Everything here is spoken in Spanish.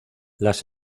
las